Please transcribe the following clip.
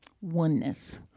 oneness